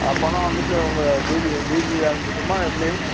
ஆ பணம் வந்துட்டு உங்கள் ஜிபேயில் அனுப்பட்டுமா எப்படி